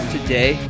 Today